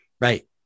right